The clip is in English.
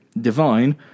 divine